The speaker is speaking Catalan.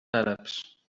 àrabs